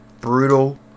Brutal